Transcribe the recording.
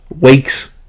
Weeks